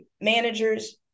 managers